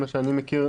ממה שאני מכיר,